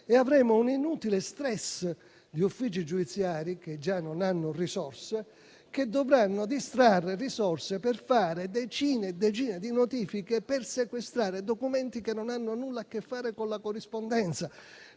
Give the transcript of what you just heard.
inoltre un inutile stress di uffici giudiziari, che già non hanno risorse, i quali dovranno distrarre fondi per fare decine e decine di notifiche per sequestrare documenti che non hanno nulla a che fare con la corrispondenza.